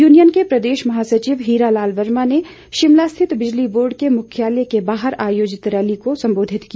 union के प्रदेश महासचिव हीरा लाल वर्मा ने शिमला स्थित बिजली बोर्ड के मुख्यालय के बाहर आयोजित रैली को संबोधित किया